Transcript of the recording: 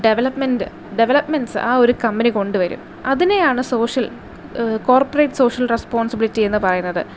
development developments ആ ഒരു company കൊണ്ടുവരും അതിനെയാണ് സോഷ്യൽ കോർപ്പറേറ്റ് സോഷ്യൽ റെസ്പോൺസിബിലിറ്റി എന്ന് പറയുന്നത്